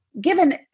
given